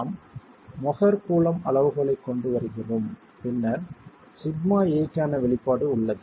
நாம் Mohr Coulomb அளவுகோலைக் கொண்டு வருகிறோம் பின்னர் σa க்கான வெளிப்பாடு உள்ளது